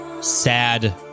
sad